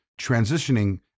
transitioning